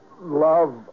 Love